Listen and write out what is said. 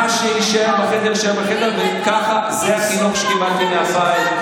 אדוני יישאר בדעתו, ובזה אנחנו חלוקים.